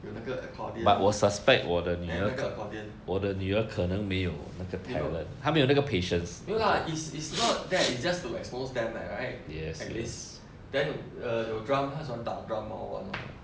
有那个 accordion then 那个 accordion 你没有没有 lah is is not that is just to expose them right like this then uh 有 drum 她喜欢打 drum or whatnot